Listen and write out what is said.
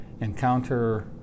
encounter